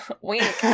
Wink